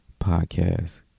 Podcast